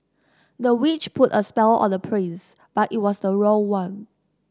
the witch put a spell on the prince but it was the wrong one